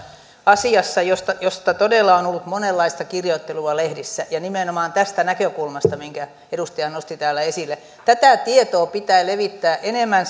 asiassa josta todella on ollut monenlaista kirjoittelua lehdissä ja nimenomaan tästä näkökulmasta minkä edustaja nosti täällä esille tätä tietoa pitää levittää enemmän